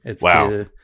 Wow